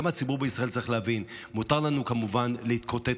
גם הציבור בישראל צריך להבין: מותר לנו כמובן להתקוטט,